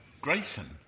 Grayson